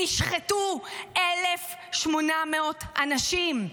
נשחטו 1,800 אנשים.